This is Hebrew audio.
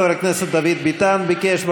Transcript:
חבר הכנסת דוד ביטן ביקש.